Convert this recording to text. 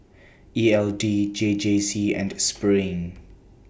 E L D J J C and SPRING